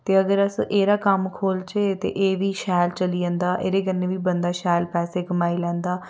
ते अगर अस एह्दा कम्म खोह्लचै ते एह् बी शैल चली जंदा एह्दे कन्नै बी बंदा शैल पैसे कमाई लैंदा